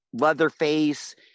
Leatherface